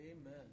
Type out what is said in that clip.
Amen